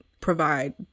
provide